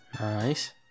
Nice